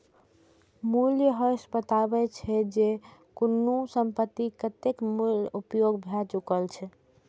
मूल्यह्रास बतबै छै, जे कोनो संपत्तिक कतेक मूल्यक उपयोग भए चुकल छै